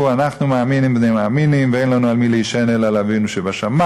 "אנחנו מאמינים בני מאמינים ואין לנו על מי להישען אלא על אבינו שבשמים",